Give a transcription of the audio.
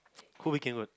who became good